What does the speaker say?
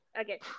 Okay